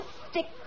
stick